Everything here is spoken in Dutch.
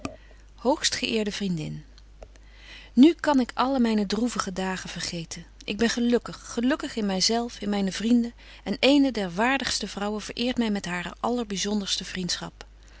willis hoogstge eerde vriendin nu kan ik alle myne droevige dagen vergeten ik ben gelukkig gelukkig in my zelf in myne vrienden en eene der waardigste vrouwen vereert my met hare allerbyzonderste vriendschap